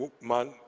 man